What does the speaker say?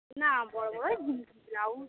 না বড় বড়ই ব্লাউজ